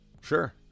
sure